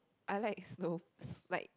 I like slow is like